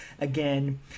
again